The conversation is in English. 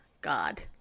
god